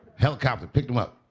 helicopter picked him up.